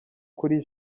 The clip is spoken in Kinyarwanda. kuri